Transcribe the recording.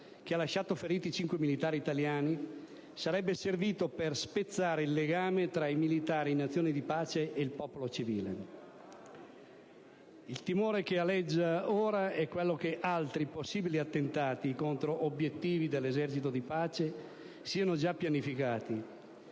che ha lasciato feriti cinque militari italiani, sarebbe servito per spezzare il legame tra i militari in azione di pace e il popolo civile. Il timore che aleggia ora è quello che altri possibili attentati contro obiettivi dell'esercito di pace siano già pianificati,